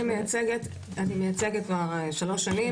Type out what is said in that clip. אני מייצגת כבר שלוש שנים,